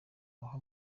aho